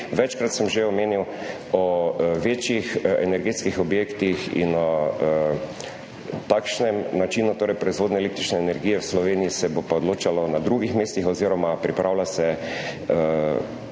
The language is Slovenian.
Večkrat sem že omenil o večjih energetskih objektih in o takšnem načinu torej proizvodnje električne energije v Sloveniji, se bo pa odločalo na drugih mestih oziroma pripravlja se